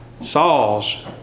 Saul's